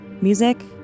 music